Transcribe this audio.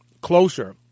closer